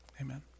Amen